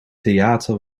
theater